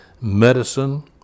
Medicine